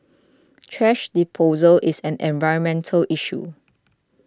thrash disposal is an environmental issue